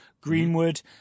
Greenwood